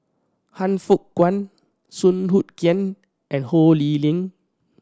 Han Fook Kwang Song Hoot Kiam and Ho Lee Ling